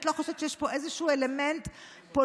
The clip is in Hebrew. לא חושבת שיש פה איזשהו אלמנט פוליטי,